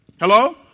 Hello